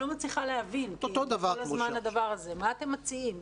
אני לא מצליחה להבין, מה אתם מציעים?